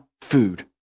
food